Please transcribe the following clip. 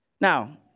Now